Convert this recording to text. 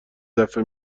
دفه